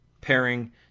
pairing